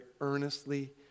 earnestly